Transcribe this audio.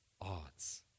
odds